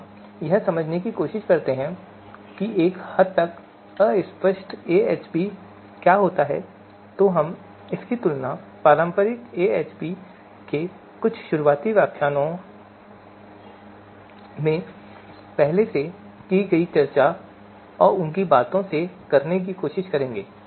जब हम यह समझने की कोशिश करते हैं कि एक हद तक अस्पष्ट एएचपी में क्या होता है तो हम इसकी तुलना पारंपरिक एएचपी के कुछ शुरुआती व्याख्यानों में पहले ही चर्चा की गई बातों से करने की कोशिश करेंगे